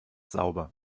sauber